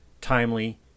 timely